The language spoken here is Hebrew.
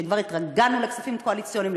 וכבר התרגלנו לכספים קואליציוניים,